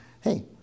hey